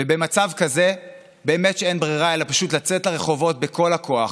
ובמצב כזה באמת שאין ברירה אלא פשוט לצאת לרחובות בכל הכוח,